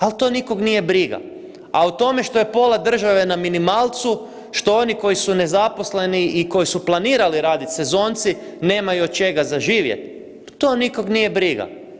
Ali to nikog nije briga, a o tome što je pola države na minimalcu, što oni koji su nezaposleni i koji su planirali raditi, sezonci, nemaju od čega za živjeti, pa to nikog nije briga.